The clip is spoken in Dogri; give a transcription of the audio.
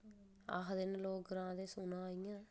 आखदे न लोक ग्रांऽ दे सुना इ'यां